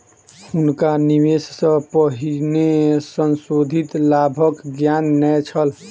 हुनका निवेश सॅ पहिने संशोधित लाभक ज्ञान नै छल